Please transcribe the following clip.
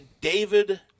David